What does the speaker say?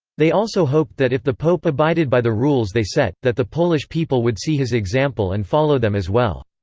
they also hoped that if the pope abided by the rules they set, that the polish people would see his example and follow them as well.